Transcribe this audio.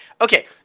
Okay